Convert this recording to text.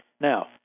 Now